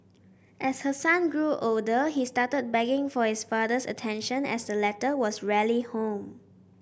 as her son grew older he started begging for his father's attention as the latter was rarely home